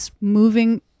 moving